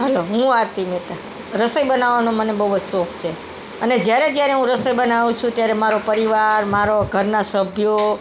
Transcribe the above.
hello હું આરતી મહેતા રસોઈ બનાવવાનો મને બહુ જ શોખ છે અને જ્યારે જ્યારે હું રસોઈ બનાવું છું ત્યારે મારો પરિવાર મારો ઘરના સભ્યો